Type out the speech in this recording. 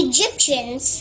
Egyptians